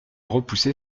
repoussé